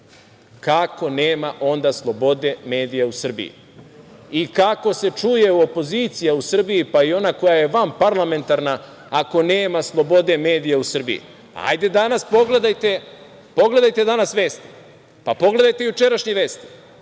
Kako nema onda slobode medija u Srbiji? Kako se čuje opozicija u Srbiji, pa i ona koja je vanparlamentarna ako nema slobode medija u Srbiji. Hajde danas pogledajte vesti, pa pogledajte jučerašnje vesti,